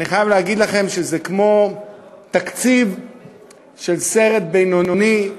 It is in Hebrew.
אני חייב להגיד לכם שזה כמו תקציב של סרט בינוני,